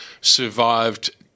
survived